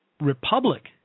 republic